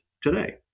today